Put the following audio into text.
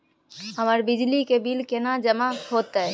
हमर बिजली के बिल केना जमा होते?